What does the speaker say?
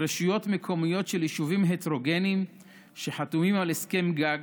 רשויות מקומיות של יישובים הטרוגניים שחתומים על הסכם גג